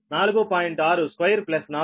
62 42